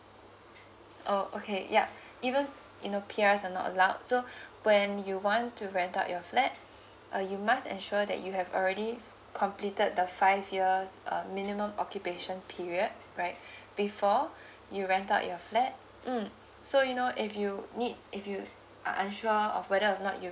oh okay ya even you know P_Rs are not allowed so when you want to rent out your flat uh you must ensure that you have already completed the five years uh minimum occupation period right before you rent out your flat mm so you know if you need if you are unsure of whether or not you